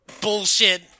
bullshit